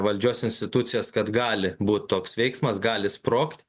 valdžios institucijas kad gali būt toks veiksmas gali sprogt